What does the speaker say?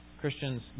Christians